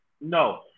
no